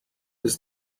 was